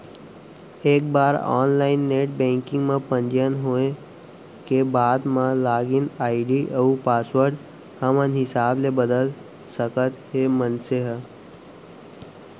एक बार online net banking म पंजीयन होए के बाद म लागिन आईडी अउ पासवर्ड अपन हिसाब ले बदल सकत हे मनसे ह